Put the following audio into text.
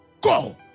go